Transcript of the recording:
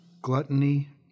gluttony